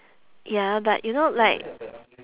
ya but you know like